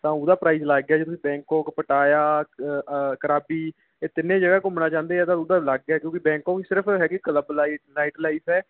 ਤਾਂ ਉਹਦਾ ਪ੍ਰਾਈਜ ਅਲੱਗ ਹੈ ਜੇ ਤੁਸੀਂ ਬੈਂਕਕੋਕ ਪਟਾਇਆ ਕਰਾਬੀ ਇਹ ਤਿੰਨੇ ਜਗ੍ਹਾ ਘੁੰਮਣਾ ਚਾਹੁੰਦੇ ਆ ਤਾਂ ਉਹਦਾ ਅਲੱਗ ਹੈ ਕਿਉਂਕਿ ਬੈਂਕਕੋਕ ਸਿਰਫ ਹੈਗੀ ਕਲੱਬ ਲਾਈ ਨਾਈਟ ਲਾਈਫ ਹੈ